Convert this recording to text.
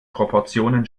proportionen